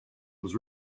was